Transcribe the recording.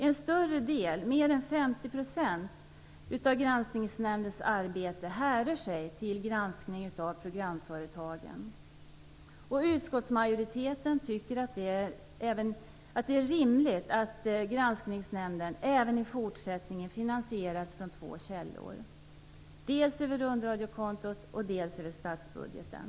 En större del, mer än 50 %, av Granskningsnämndens arbete härrör sig till granskning av programföretagen. Utskottsmajoriteten tycker att det är rimligt att Granskningsnämnden även i fortsättningen finansieras från två källor: dels över rundradiokontot, dels över statsbudgeten.